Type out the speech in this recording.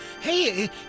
hey